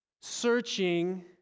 searching